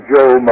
Joe